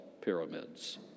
pyramids